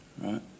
right